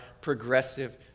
progressive